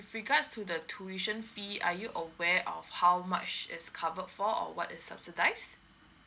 with regards to the tuition fee are you aware of how much it's covered for or what is subsidised